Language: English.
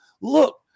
look